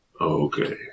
Okay